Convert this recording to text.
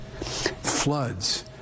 Floods